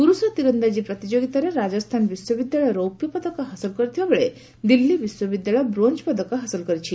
ପୁରୁଷ ତୀରନ୍ଦାକି ପ୍ରତିଯୋଗୀତାରେ ରାଜସ୍ଥାନ ବିଶ୍ୱବିଦ୍ୟାଳୟ ରେରପ୍ୟ ପଦକ ହାସଲ କରିଥିବା ବେଳେ ଦିଲ୍ଲୀ ବିଶ୍ୱବିଦ୍ୟାଳୟ ବ୍ରୋଞ୍ଜ ପଦକ ହାସଲ କରିଛି